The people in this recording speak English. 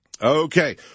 Okay